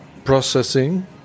processing